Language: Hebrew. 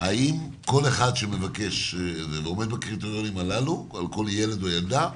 האם כל אחד שמבקש ועומד בקריטריונים הללו על כל ילד או ילדה,